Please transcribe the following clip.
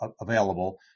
available